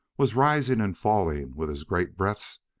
was rising and falling with his great breaths,